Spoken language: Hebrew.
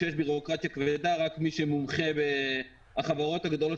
כשיש בירוקרטיה כבדה רק החברות הגדולות